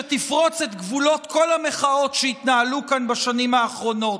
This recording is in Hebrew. שתפרוץ את גבולות כל המחאות שהתנהלו כאן בשנים האחרונות.